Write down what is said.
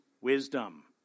wisdom